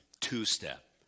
two-step